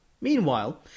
Meanwhile